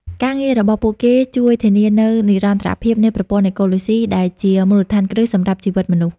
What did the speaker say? ការងាររបស់ពួកគេជួយធានានូវ និរន្តរភាពនៃប្រព័ន្ធអេកូឡូស៊ី ដែលជាមូលដ្ឋានគ្រឹះសម្រាប់ជីវិតមនុស្ស។